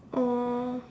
oh